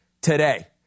Today